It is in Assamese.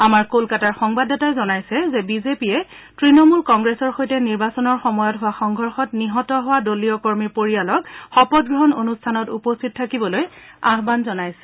আমাৰ কোলকাতাৰ সংবাদদাতাই জনাইছে যে বিজেপিয়ে তণমূল কংগ্ৰেছৰ সৈতে নিৰ্বাচনৰ সময়ত হোৱা সংঘৰ্ষত নিহত দলীয় কৰ্মীৰ পৰিয়ালক শপত গ্ৰহণ অনুষ্ঠানত উপস্থিত থাকিবলৈ আয়ান জনাইছে